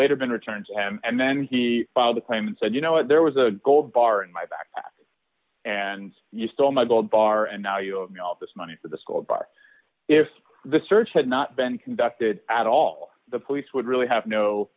later been returned to him and then he filed a claim and said you know what there was a gold bar in my back and you stole my gold bar and now you owe me all this money for the school of art if the search had not been conducted at all the police would really have no